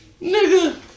Nigga